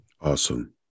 Awesome